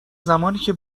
زمانیکه